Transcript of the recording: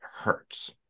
hurts